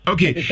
Okay